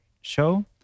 show